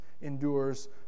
endures